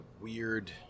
weird